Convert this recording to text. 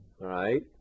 right